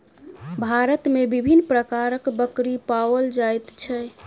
भारत मे विभिन्न प्रकारक बकरी पाओल जाइत छै